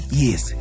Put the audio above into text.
yes